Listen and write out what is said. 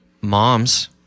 moms